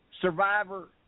Survivor